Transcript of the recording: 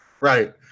Right